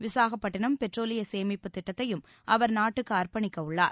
விசாகப்பட்டினம் பெட்ரோலிய சேமிப்பு திட்டத்தையும் அவர் நாட்டுக்கு அர்ப்பணிக்க உள்ளார்